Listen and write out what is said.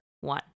one